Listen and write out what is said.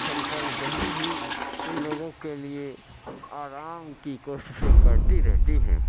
central Delhi بھی ان لوگوں کے لیے آرام کی کوششیں کرتی رہتی ہیں